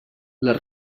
les